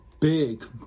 Big